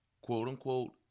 quote-unquote